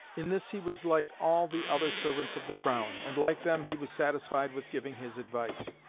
in this he was like all the other servants of the crown, and like them he was satisfied with giving his advice,